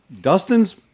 Dustin's